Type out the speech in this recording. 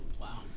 Wow